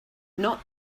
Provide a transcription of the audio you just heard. not